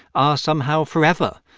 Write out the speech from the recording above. are somehow forever.